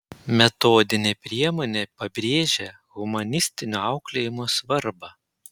metodinė priemonė pabrėžia humanistinio auklėjimo svarbą